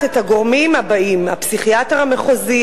את הגורמים הבאים: הפסיכיאטר המחוזי,